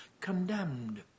condemned